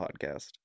podcast